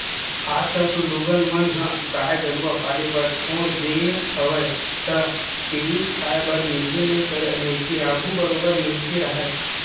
आजकल तो लोगन मन ह गाय गरुवा पाले बर छोड़ देय हवे त पेयूस खाए बर मिलबे नइ करय नइते आघू बरोबर मिलते राहय